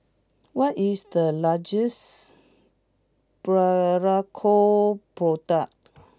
what is the largest Berocca product